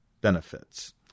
benefits